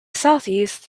southeast